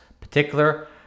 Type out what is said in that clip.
particular